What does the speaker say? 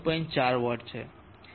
4 watt છે